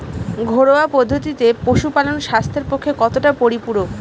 ঘরোয়া পদ্ধতিতে পশুপালন স্বাস্থ্যের পক্ষে কতটা পরিপূরক?